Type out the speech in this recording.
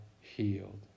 healed